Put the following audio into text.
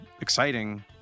exciting